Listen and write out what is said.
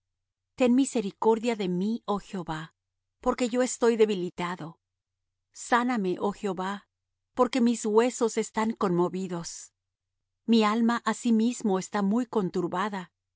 ten misericordia de mí oh jehová porque yo estoy debilitado sáname oh jehová porque mis huesos están conmovidos mi alma asimismo está muy